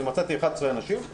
מצאתי 11 אנשים,